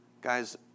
Guys